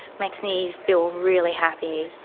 makes me feel really happy,